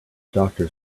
doctor